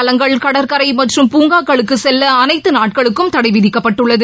தலங்கள் கடற்கரை மற்றும் பூங்காக்களுக்கு செல்ல அனைத்து நாட்களுக்கும் சுற்றுலா தடை விதிக்கப்பட்டுள்ளது